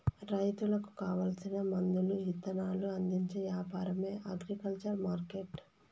రైతులకు కావాల్సిన మందులు ఇత్తనాలు అందించే యాపారమే అగ్రికల్చర్ మార్కెట్టు